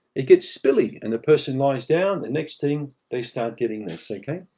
it gets spilling. and, a person lies down, the next thing, they start getting this, okay?